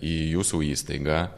į jūsų įstaigą